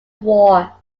war